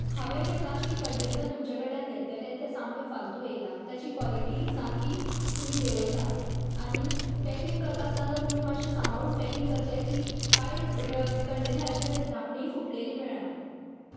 हांवें जे plastic container तुमचे कडल्यान घेतलेले ते सामके फालतू येयला ताची कॉलिटी सामकी तुमी देंवयला आनी पॅकिंग करतना तुमी मातशे सांबाळून पॅकिंग करचें की कांय कन्टॅनरांचीं धांपणी फुटलेलीं मेळ्ळां